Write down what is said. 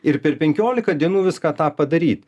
ir per penkiolika dienų viską tą padaryt